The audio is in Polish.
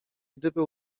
gdyby